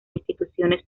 instituciones